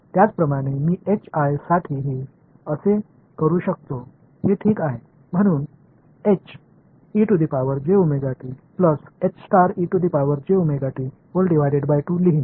त्याच प्रमाणे मी H I साठीही असे करू शकतो हे ठीक आहे म्हणून लिहीन